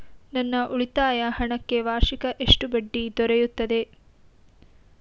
ನನ್ನ ಉಳಿತಾಯ ಹಣಕ್ಕೆ ವಾರ್ಷಿಕ ಎಷ್ಟು ಬಡ್ಡಿ ದೊರೆಯುತ್ತದೆ?